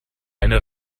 eine